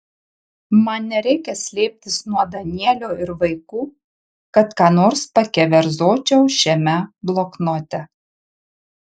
man nereikia slėptis nuo danielio ir vaikų kad ką nors pakeverzočiau šiame bloknote